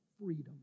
freedom